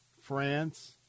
France